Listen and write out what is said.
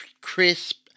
crisp